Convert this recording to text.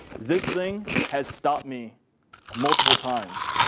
this thing has stopped me multiple times.